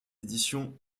éditions